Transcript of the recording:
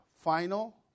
final